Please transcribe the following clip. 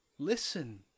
Listen